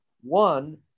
One